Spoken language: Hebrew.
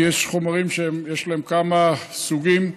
כי יש חומרים שיש להם כמה סוגים.